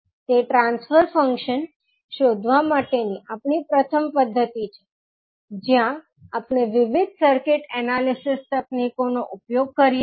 તે transfer function શોધવા માટેની આપણી પ્રથમ પદ્ધતિ છે જ્યાં આપણે વિવિધ સર્કિટ એનાલિસિસ તકનીકોનો ઉપયોગ કરીએ છીએ